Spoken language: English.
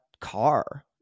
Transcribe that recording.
car